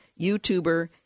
YouTuber